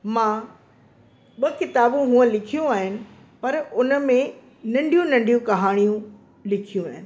मां ॿ किताबूं हूअं लिखियूं आहिनि पर हुनमें नंढियूं नंढियूं कहाणियूं लिखियूं आहिनि